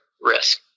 risk